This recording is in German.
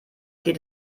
geht